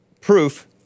proof